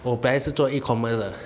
我本来是做 E commerce 的